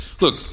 look